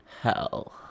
Hell